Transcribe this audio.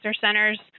centers